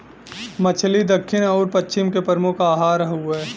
मछली दक्खिन आउर पश्चिम के प्रमुख आहार हउवे